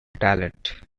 talent